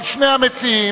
אבל שני המציעים,